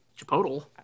Chipotle